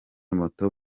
moto